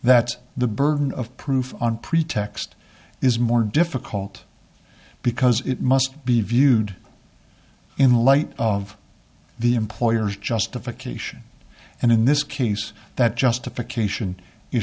that the burden of proof on pretext is more difficult because it must be viewed in light of the employer's justification and in this case that justification